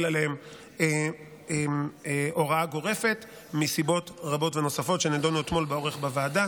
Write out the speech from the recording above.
עליהם הוראה גורפת מסיבות רבות ונוספות שנדונו אתמול באריכות בוועדה.